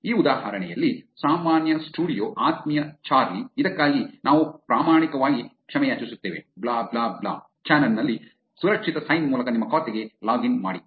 ಈ ಉದಾಹರಣೆಯಲ್ಲಿ ಸಾಮಾನ್ಯ ಸ್ಟುಡಿಯೋ ಆತ್ಮೀಯ ಚಾರ್ಲಿ ಇದಕ್ಕಾಗಿ ನಾವು ಪ್ರಾಮಾಣಿಕವಾಗಿ ಕ್ಷಮೆಯಾಚಿಸುತ್ತೇವೆ ಬ್ಲಾ ಬ್ಲಾ ಬ್ಲಾ ಚಾನೆಲ್ ನಲ್ಲಿ ಸುರಕ್ಷಿತ ಸೈನ್ ಮೂಲಕ ನಿಮ್ಮ ಖಾತೆಗೆ ಲಾಗಿನ್ ಮಾಡಿ